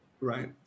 Right